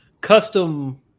custom